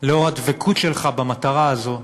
לאור הדבקות שלך במטרה הזאת,